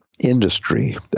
industry